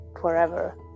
forever